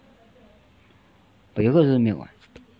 but yoghurt also milk [what]